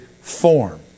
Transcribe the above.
form